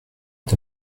est